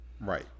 Right